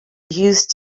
used